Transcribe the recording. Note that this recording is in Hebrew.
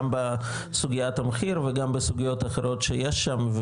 גם בסוגיית המחיר וגם בסוגיות האחרות שיש שם,